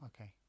okay